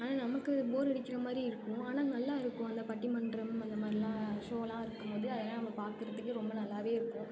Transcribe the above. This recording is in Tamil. ஆனால் நமக்கு அது போர் அடிக்கிற மாதிரி இருக்கும் ஆனால் நல்லா இருக்கும் அந்த பட்டிமன்றம் அந்த மாதிரிலாம் ஷோலாம் இருக்கும்போது அதெல்லாம் நம்ம பார்க்குறத்துக்கே ரொம்ப நல்லாவே இருக்கும்